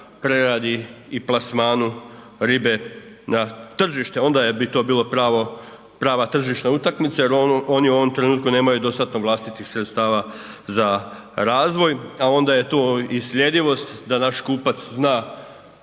preradi i plasmanu ribe na tržište, onda bi to bilo prava tržišna utakmica jer oni u ovom trenutku nemaju dostatnih vlastitih sredstava za razvoj, a onda je tu i sljedivost da naš kupac zna